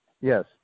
yes